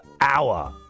hour